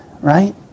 right